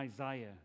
Isaiah